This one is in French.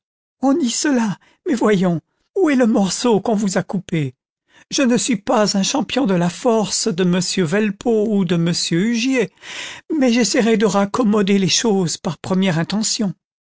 on dit cela mais voyons où est le morceau qu'on vous a coupé je ne suis pas un champion de la force de m velpeau ou de m huguier mais j'essayerai de raccommoder les choses par première intention